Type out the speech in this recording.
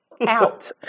out